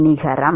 நிகரம்